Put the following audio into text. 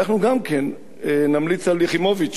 אנחנו גם כן נמליץ על יחימוביץ,